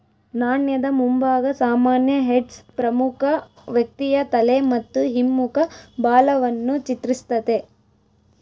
ನಾಣ್ಯದ ಮುಂಭಾಗ ಸಾಮಾನ್ಯ ಹೆಡ್ಸ್ ಪ್ರಮುಖ ವ್ಯಕ್ತಿಯ ತಲೆ ಮತ್ತು ಹಿಮ್ಮುಖ ಬಾಲವನ್ನು ಚಿತ್ರಿಸ್ತತೆ